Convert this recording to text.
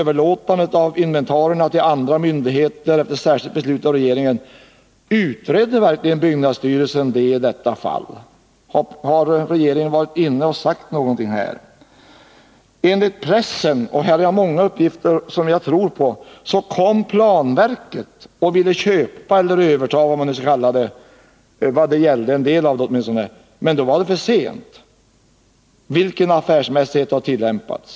Vad menas då med ”kostnadsskäl”? sammanhanget? Enligt pressen — här finns många uppgifter som jag tror på — ville planverket köpa eller överta, eller hur man nu skall uttrycka sig, åtminstone en del av inventarierna, men det var för sent. Vilken affärsmässighet har tillämpats?